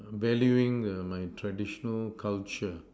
valuing err my traditional culture